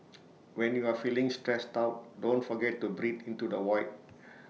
when you are feeling stressed out don't forget to breathe into the void